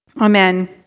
Amen